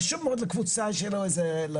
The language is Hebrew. חשוב מאוד לקבוצה שיהיה לה לבן,